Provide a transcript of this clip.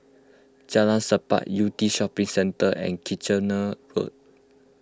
Jalan Sappan Yew Tee Shopping Centre and Kitchener Road